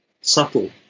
subtle